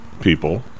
people